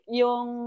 yung